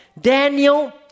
Daniel